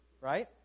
right